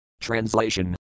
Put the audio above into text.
Translation